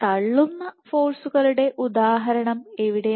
തള്ളുന്ന ഫോഴ്സുകളുടെ ഉദാഹരണം എവിടെയാണ്